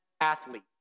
athlete